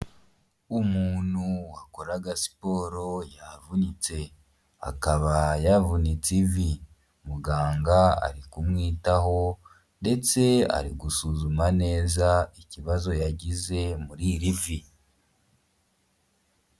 Umuntu wakoraga siporo yavunitse akaba yavunitse ivi, muganga ari kumwitaho ndetse ari gusuzuma neza ikibazo yagize muri iri vi.